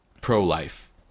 pro-life